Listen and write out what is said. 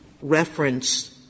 Reference